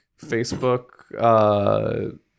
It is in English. facebook